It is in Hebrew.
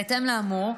בהתאם לאמור,